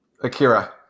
Akira